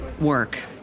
work